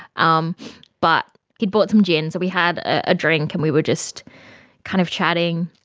um but he bought some gin, so we had a drink and we were just kind of chatting.